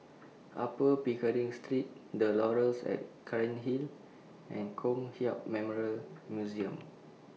Upper Pickering Street The Laurels At Cairnhill and Kong Hiap Memorial Museum